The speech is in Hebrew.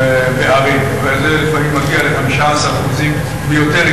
לפעמים זה מגיע ל-15% ויותר,